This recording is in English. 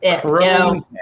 Chrome